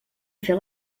fer